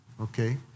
Okay